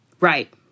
Right